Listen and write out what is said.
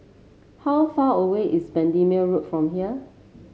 how far away is Bendemeer Road from here